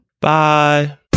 Bye